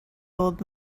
old